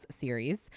series